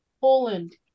Poland